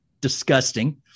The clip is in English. disgusting